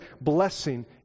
blessing